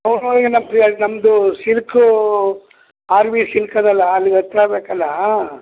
ಹ್ಞೂ ಹ್ಞೂ ಈಗ ನಮ್ಮ ನಮ್ಮದು ಸಿಲ್ಕು ಆರ್ ವಿ ಸಿಲ್ಕದಲ್ಲ ಅಲ್ಲಿಗೆ ಹತ್ತಿರ ಆಗಬೇಕಲ್ಲಾ